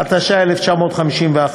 התשי"א 1951,